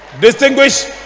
Distinguished